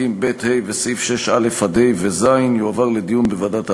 פרקים ב' וה' וסעיף 6(א) (ה) ו-(ז) יועבר לדיון בוועדת העבודה,